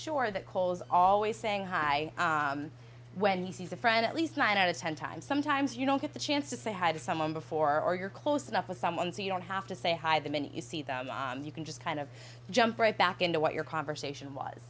sure that cole is always saying hi when he sees a friend at least nine out of ten times sometimes you don't get the chance to say hi to someone before or you're close enough to someone so you don't have to say hi the minute you see them you can just kind of jump right back into what your conversation